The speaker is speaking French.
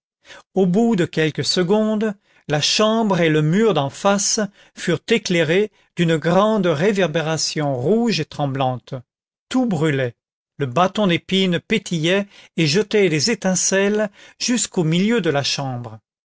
au bout de quelques secondes la chambre et le mur d'en face furent éclairés d'une grande réverbération rouge et tremblante tout brûlait le bâton d'épine pétillait et jetait des étincelles jusqu'au milieu de la chambre